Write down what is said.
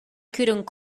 couldn’t